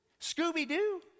Scooby-Doo